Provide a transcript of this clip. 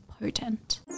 potent